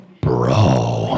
bro